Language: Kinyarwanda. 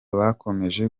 bakomeje